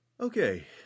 Okay